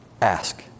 ask